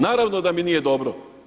Naravno da mi nije dobro.